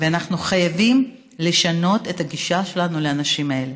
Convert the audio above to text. ואנחנו חייבים לשנות את הגישה שלנו לאנשים האלה.